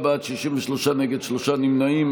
בעד, 47, נגד, 63, אין נמנעים.